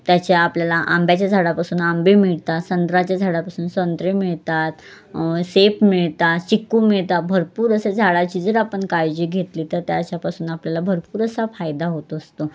त्याच्या आपल्याला आंब्याच्या झाडापासून आंबे मिळतात संत्र्याच्या झाडापासून संत्रे मिळतात सेब मिळतात चिक्कू मिळता भरपूर असे झाडाची जर आपण काळजी घेतली तर त्याच्यापासून आपल्याला भरपूर असा फायदा होत असतो